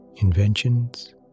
inventions